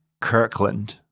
Kirkland